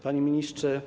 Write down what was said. Panie Ministrze!